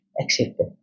accepted